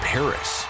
Paris